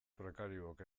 prekariook